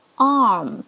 arm